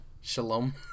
Shalom